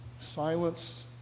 Silence